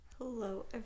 Hello